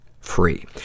free